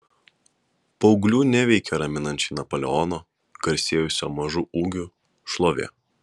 paauglių neveikia raminančiai napoleono garsėjusio mažu ūgiu šlovė